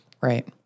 right